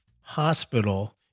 hospital